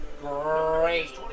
Great